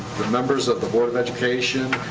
the members of the board of education,